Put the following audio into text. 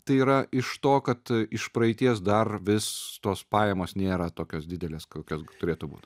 tai yra iš to kad iš praeities dar vis tos pajamos nėra tokios didelės kokios turėtų būti